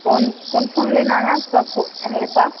phone कौन phone लेना है सब फ़ोन है मेरे पास